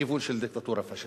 לכיוון של דיקטטורה פאשיסטית.